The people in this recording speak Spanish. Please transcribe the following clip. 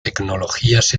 tecnologías